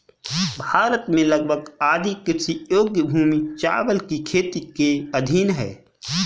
भारत में लगभग आधी कृषि योग्य भूमि चावल की खेती के अधीन है